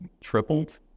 tripled